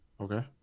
Okay